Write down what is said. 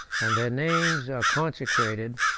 and their names are consecrated,